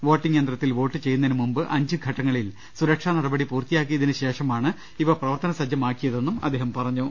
voting യന്ത്രത്തിൽ vote ചെയ്യുന്നതിന് മുൻപ് അഞ്ച് ഘട്ട ത്തിൽ സുരക്ഷാ നടപടികൾ പൂർത്തിയാക്കിയതിന് ശേഷമാണ് ഇവ പ്രവർത്തന സജ്ജമാക്കിയതെന്നും അദ്ദേഹം പറഞ്ഞു